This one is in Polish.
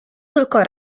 tylko